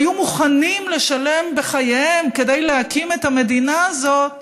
והיו מוכנים לשלם בחייהם כדי להקים את המדינה הזאת,